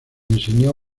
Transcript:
enseñó